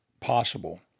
possible